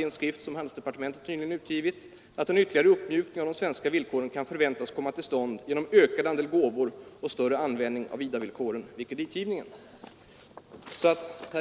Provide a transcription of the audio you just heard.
I en skrift som handelsdepartementet nyligen utgivit sägs det bl.a. att en ytterligare uppmjukning av de svenska villkoren kan förväntas komma till stånd genom ökad andel gåvor och större användning av IDA-villkoren vid kreditgivningen. Här